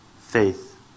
Faith